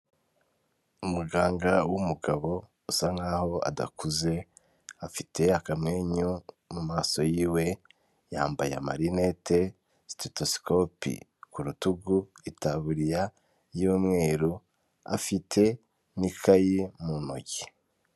Umuganga w'umugabo usa nk'aho adakuze afite akamenyo mumaso yiwe, yambaye marinette, siteto sikopi ku rutugu, itaburiya y'umweru, afite n'ikayi mu ntoki.